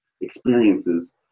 experiences